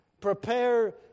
Prepare